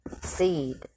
seed